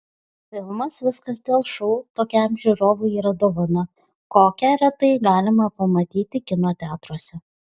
filmas viskas dėl šou tokiam žiūrovui yra dovana kokią retai galima pamatyti kino teatruose